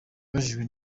yabajijwe